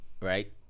right